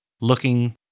looking